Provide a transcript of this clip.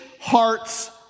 hearts